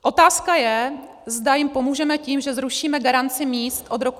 Otázka je, zda jim pomůžeme tím, že zrušíme garanci míst od roku 2020.